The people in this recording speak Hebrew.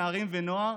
נערים ונוער,